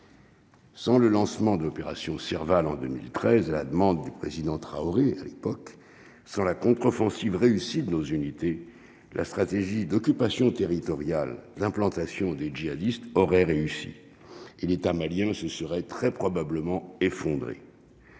Sans le lancement de l'opération Serval en 2013, à la demande du président Traoré à l'époque sur la contre-offensive réussie de nos unités, la stratégie d'occupation territoriale l'implantation des jihadistes auraient réussi et l'État malien, ce serait très probablement effondrée